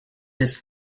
its